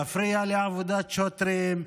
להפריע לעבודת שוטרים,